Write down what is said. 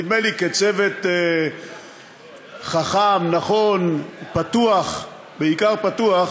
נדמה לי, כצוות חכם, נכון, פתוח, בעיקר פתוח.